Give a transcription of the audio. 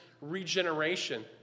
regeneration